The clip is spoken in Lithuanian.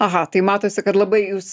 aha tai matosi kad labai jūs